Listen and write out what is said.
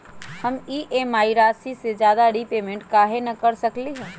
हम ई.एम.आई राशि से ज्यादा रीपेमेंट कहे न कर सकलि ह?